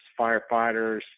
firefighters